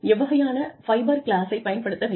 எவ்வகையான ஃபைபர் கிளாஸைப் பயன்படுத்த வேண்டும்